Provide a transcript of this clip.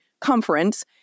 conference